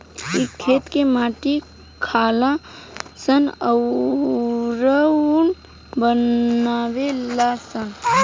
इ खेत में माटी खालऽ सन अउरऊ बनावे लऽ सन